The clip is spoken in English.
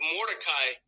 Mordecai